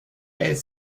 est